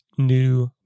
new